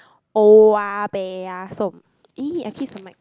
oh-yah-peh-yah-som !ee! I kiss the mic